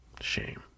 Shame